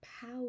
power